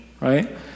Right